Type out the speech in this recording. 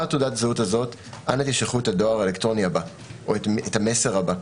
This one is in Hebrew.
תעודת הזהות הזאת אנא שילחו את הדואר האלקטרוני הבא או את המסר הבא.